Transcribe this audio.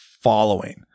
following